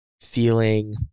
feeling